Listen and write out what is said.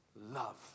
love